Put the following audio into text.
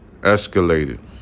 escalated